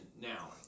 now